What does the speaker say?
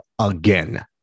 again